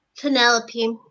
Penelope